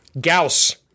Gauss